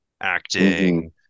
acting